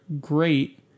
great